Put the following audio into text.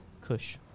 Kush